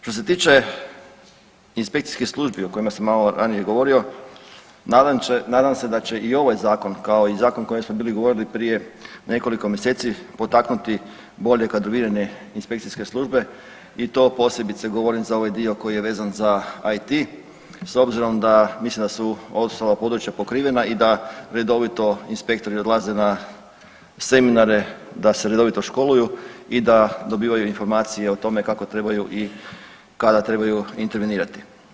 Što se tiče inspekcijskih službi o kojima sam malo ranije govorio nadam se da će i ovaj zakon kao i zakon o kojem smo bili govorili prije nekoliko mjeseci potaknuti bolje kadroviranje inspekcijske službe i to posebice govorim za ovaj dio koji je vezan za IT s obzirom da mislim da su ostala područja pokrivena i da redovito inspektori odlaze na seminare, da se redovito školuju i da dobivaju informacije o tome kako trebaju i kada trebaju intervenirati.